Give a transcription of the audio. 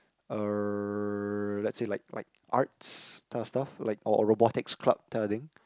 uh let's say like like arts type of stuff like or robotics club type of thing